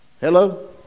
Hello